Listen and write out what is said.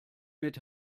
mit